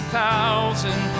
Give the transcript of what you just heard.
thousand